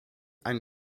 ein